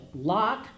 Lock